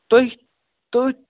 تُہۍ تۄہہِ